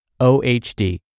OHD